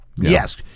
Yes